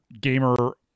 gamer